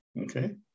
okay